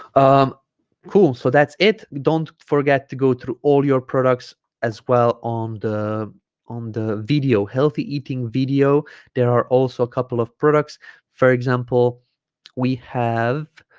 um cool so that's it don't forget to go through all your products as well on the on the video healthy eating video there are also a couple of products for example we have